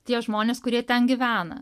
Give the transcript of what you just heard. tie žmonės kurie ten gyvena